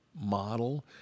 model